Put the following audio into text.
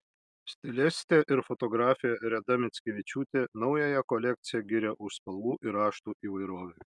stilistė ir fotografė reda mickevičiūtė naująją kolekciją giria už spalvų ir raštų įvairovę